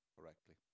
correctly